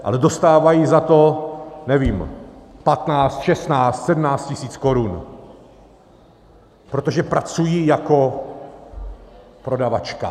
Ale dostávají za to, nevím, 15, 16, 17 tisíc korun, protože pracují jako prodavačka.